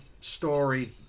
story